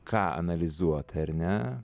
ką analizuot ar ne